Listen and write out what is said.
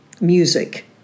music